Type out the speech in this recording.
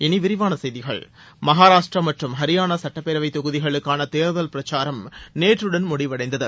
இனி விரிவான செய்திகள் மகாராஷ்டிரா மற்றும் ஹரியாளா சுட்டப்பேரவை தொகுதிகளுக்கான தேர்தல் பிரச்சாரம் நேற்றுடன் முடிவடைந்தது